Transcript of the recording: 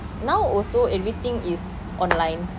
now also everything is online